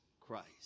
Christ